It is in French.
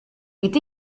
est